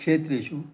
क्षेत्रेषु